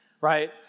right